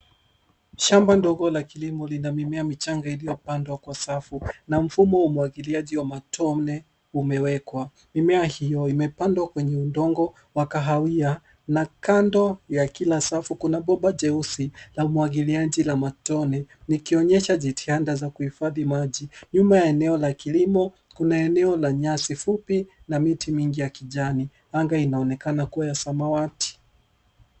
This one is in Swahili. Shamba ndogo la kilimo kina mimea michanga iliyopandwa kwa safu na mfumo wa umwagiliaji wa matone umewekwa. Mimea hiyo imepandwa kwenye udongo wa kahawia na kando ya kila safu kuna bomba jeusi wa umwagiliaji la matone likionyesha jitihada za kuhifadhi maji. Nyuma ya eneo la kilimo kuna eneo la nyasi fupi na miti mingi ya kijani. Anga inaonekana wa samawati.